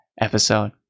episode